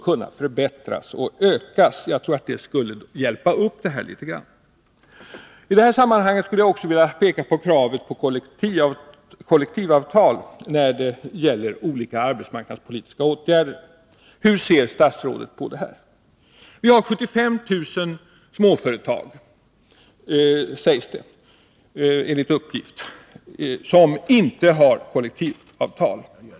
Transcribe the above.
Jag tror att det skulle hjälpa upp situationen litet grand. I detta sammanhang vill jag också peka på kravet på kollektivavtal när det gäller olika arbetsmarknadspolitiska åtgärder. Hur ser statsrådet på detta? Vi har enligt uppgift 75 000 småföretag som inte har kollektivavtal.